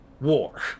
war